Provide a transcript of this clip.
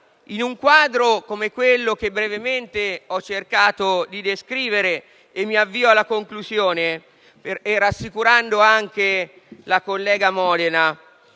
In un quadro come quello che brevemente ho cercato di descrivere - e mi avvio alla conclusione - rassicurando anche la collega Modena,